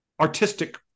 artistic